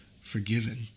forgiven